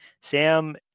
Sam